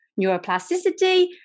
neuroplasticity